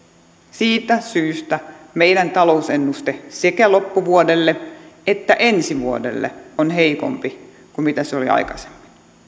siitä syystä meidän talousennusteemme sekä loppuvuodelle että ensi vuodelle on heikompi kuin aikaisemmin